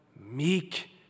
meek